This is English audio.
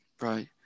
Right